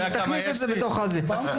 תכניס את זה בפנים.